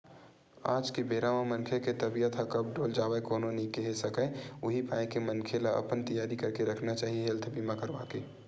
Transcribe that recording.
आज के बेरा म मनखे के तबीयत ह कब डोल जावय कोनो नइ केहे सकय उही पाय के मनखे ल अपन तियारी करके रखना चाही हेल्थ बीमा करवाके